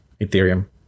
Ethereum